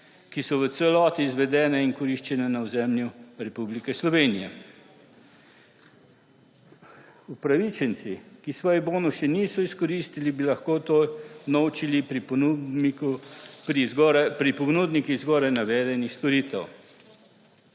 ki so v celoti izvedene in koriščene na ozemlju Republike Slovenije. Upravičenci, ki svojega bonusa še niso izkoristili, bi lahko to vnovčili pri ponudnikih zgoraj navedenih storitev.